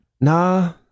Nah